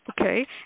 Okay